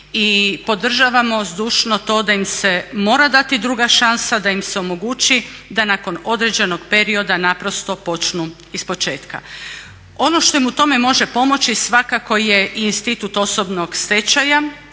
i podržavamo zdušno to da im se mora dati druga šansa, da im se omogući da nakon određenog perioda naprosto počnu ispočetka. Ono što im u tome može pomoći svakako je i institut osobnog stečaja,